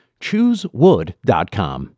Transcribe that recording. Choosewood.com